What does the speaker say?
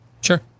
sure